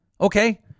Okay